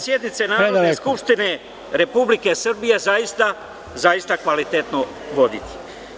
sednice Narodne skupštine Republike Srbije zaista kvalitetno voditi.